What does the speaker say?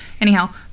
Anyhow